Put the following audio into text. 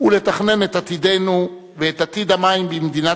ולתכנן את עתידנו ואת עתיד המים במדינת